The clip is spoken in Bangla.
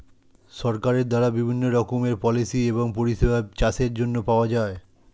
সরকারের দ্বারা বিভিন্ন রকমের পলিসি এবং পরিষেবা চাষের জন্য পাওয়া যায়